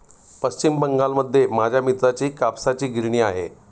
पश्चिम बंगालमध्ये माझ्या मित्राची कापसाची गिरणी आहे